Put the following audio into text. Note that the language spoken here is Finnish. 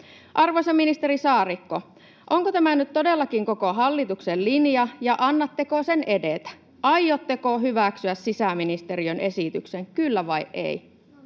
Arvoisa ministeri Saarikko, onko tämä nyt todellakin koko hallituksen linja, ja annatteko sen edetä? Aiotteko hyväksyä sisäministeriön esityksen, kyllä vai ei?